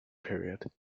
period